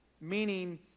Meaning